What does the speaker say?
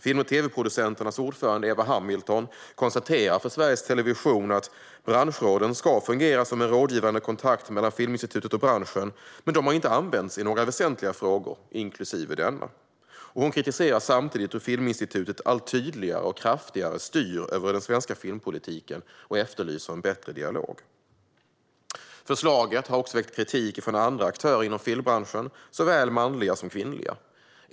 Film och TV-producenternas ordförande Eva Hamilton konstaterar för Sveriges Television att "branschråden ska fungera som en rådgivande kontakt mellan Filminstitutet och branschen, men dom har inte använts i några väsentliga frågor, inklusive denna". Hon kritiserar samtidigt hur Filminstitutet allt tydligare och kraftigare styr över den svenska filmpolitiken och efterlyser en bättre dialog. Förslaget har också väckt kritik från andra aktörer inom filmbranschen, såväl manliga som kvinnliga.